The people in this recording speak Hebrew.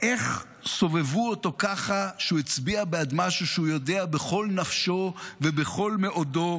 איך סובבו אותו ככה שהוא הצביע בעד משהו שהוא יודע בכל נפשו ובכל מאודו